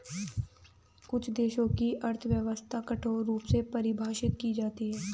कुछ देशों की अर्थव्यवस्था कठोर रूप में परिभाषित की जाती हैं